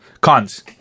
Cons